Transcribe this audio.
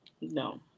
no